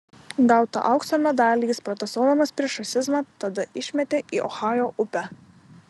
gautą aukso medalį jis protestuodamas prieš rasizmą tada išmetė į ohajo upę